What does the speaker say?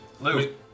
Lou